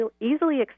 easily